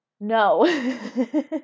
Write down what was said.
No